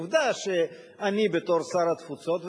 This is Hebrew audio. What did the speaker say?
עובדה היא שאני בתור שר התפוצות,